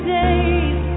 days